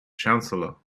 chancellor